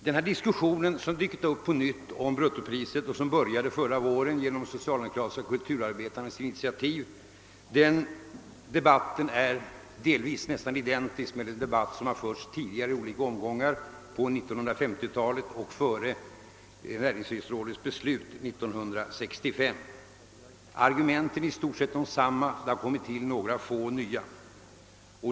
Den diskussion om bruttopriset som på nytt dykt upp och som började förra våren genom de socialdemokratiska kulturarbetarnas initiativ är delvis identisk med den debatt som har förts tidigare i olika omgångar, på 1950 talet och före näringsfrihetsrådets be slut år 1965. Argumenten är i stort sett desamma, även om det har tillkommit några få nya.